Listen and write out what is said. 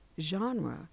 genre